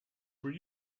were